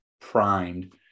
primed